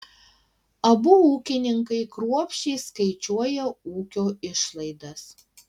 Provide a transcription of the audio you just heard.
abu ūkininkai kruopščiai skaičiuoja ūkio išlaidas